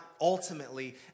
ultimately